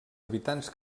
habitants